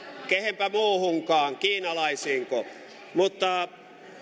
kehenpä muuhunkaan kiinalaisiinko mutta